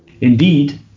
Indeed